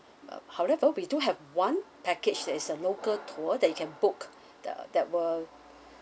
uh however we do have one package that is a local tour that you can book that~ that were